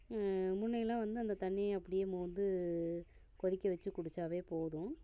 முன்னயெல்லாம் வந்து அந்த தண்ணியை அப்படியே மோண்டு கொதிக்க வச்சு குடிச்சாவே போதும்